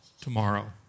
tomorrow